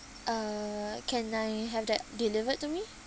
uh can I have that delivered to me